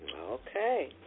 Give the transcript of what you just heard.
Okay